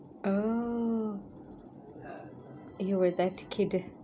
oh you were that kid